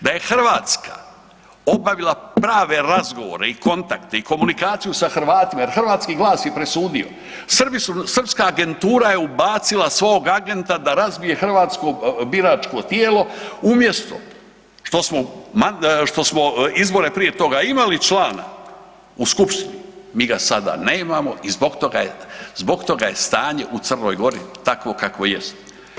Da je Hrvatska obavila prave razgovore i kontakte i komunikaciju sa Hrvatima jer hrvatski glas je presudio, Srbi su, srpska agentura je ubacila svog agenta da razbije hrvatsko biračko tijelo umjesto što smo izbore prije toga imali člana u Skupštini, mi ga sada nemamo i zbog toga je stanje u Crnoj Gori takvo kakvo jest.